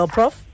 Prof